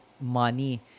money